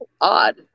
odd